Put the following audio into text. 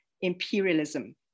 imperialism